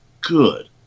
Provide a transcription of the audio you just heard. good